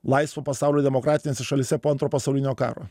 laisvo pasaulio demokratinėse šalyse po antro pasaulinio karo